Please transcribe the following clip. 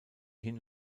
hin